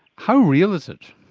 how real is it?